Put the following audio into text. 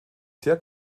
sehr